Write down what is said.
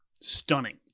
stunning